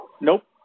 Nope